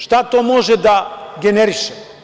Šta to može da generiše?